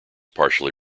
partially